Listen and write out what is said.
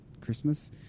Christmas